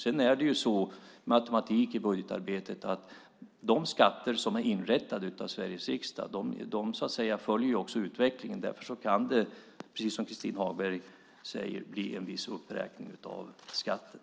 Matematiken i budgetarbetet är dessutom så att de skatter som är inrättade av Sveriges riksdag följer utvecklingen. Därför kan det, precis som Christin Hagberg säger, bli en viss uppräkning av skatten.